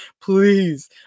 please